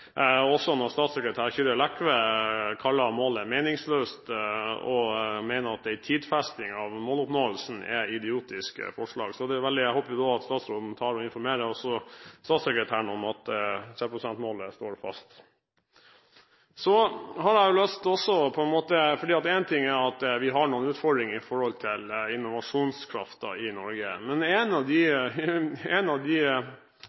også når statssekretær Kyrre Lekve kaller målet meningsløst og mener at en tidfesting av måloppnåelsen er et idiotisk forslag. Så jeg håper at statsråden informerer også statssekretæren om at 3 pst.-målet står fast. Så har jeg lyst til å nevne at én ting er at vi har noen utfordringer når det gjelder innovasjonskraften i Norge. Men en av de